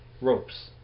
ropes